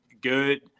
good